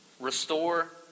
Restore